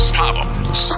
problems